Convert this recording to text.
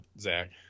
Zach